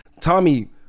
Tommy